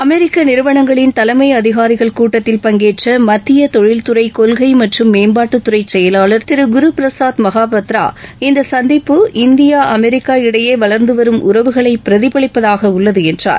அமெரிக்க நிறுவனங்களின் தலைமை அதிகாரிகள் கூட்டத்தில் பங்கேற்ற மத்திய தொழில்துறை கொள்கை மற்றும் மேம்பாட்டுதுறை செயலாளர் திரு குருபிரசாத் மஹாபத்ரா இந்த சந்திப்பு இந்தியா அமெரிக்கா இடையே வளர்ந்து வரும் உறவுகளை பிரதிபலிப்பது என்றார்